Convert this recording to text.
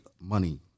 money